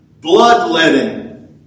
bloodletting